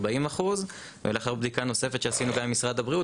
40%. ולאחר בדיקה נוספת שעשינו גם עם משרד הבריאות